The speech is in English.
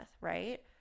right